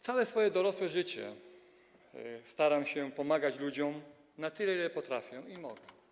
Całe swoje dorosłe życie staram się pomagać ludziom na tyle, na ile potrafię i mogę.